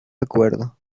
acuerdo